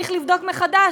צריך לבדוק מחדש,